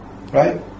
Right